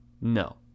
No